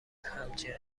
همچین